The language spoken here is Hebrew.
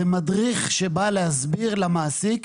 זה מדריך שבא להסביר למעסיק,